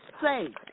safe